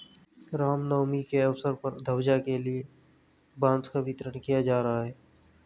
राम नवमी के अवसर पर ध्वजा के लिए बांस का वितरण किया जा रहा है